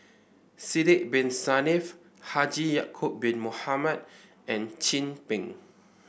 Sidek Bin Saniff Haji Ya'acob Bin Mohamed and Chin Peng